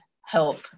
help